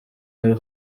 nawe